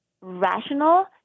rational